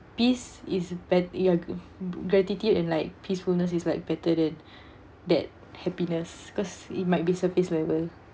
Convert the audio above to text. peace is bet~ ya gratitude and like peacefulness is like better than that happiness because it might be surface level